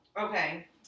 Okay